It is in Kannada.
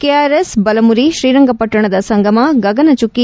ಕೆಆರ್ಎಸ್ ಬಲಮುರಿ ಶ್ರೀರಂಗಪಟ್ಟಣದ ಸಂಗಮ ಗಗನ ಚುಕ್ಕಿ